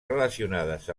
relacionades